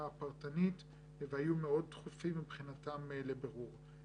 הפרטנית והיו מאוד דחופים מבחינתם לבירור.